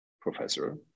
professor